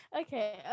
Okay